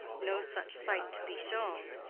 no such sight to be shown,